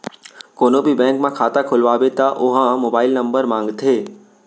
कोनो भी बेंक म खाता खोलवाबे त ओ ह मोबाईल नंबर मांगथे